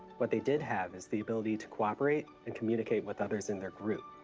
what they did have is the ability to cooperate and communicate with others in their group.